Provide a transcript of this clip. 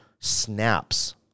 snaps